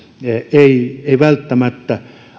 ei ei välttämättä